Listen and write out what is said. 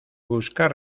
buscar